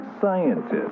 scientist